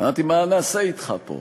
אמרתי: מה נעשה אתך פה?